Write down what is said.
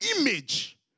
image